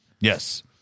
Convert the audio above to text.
Yes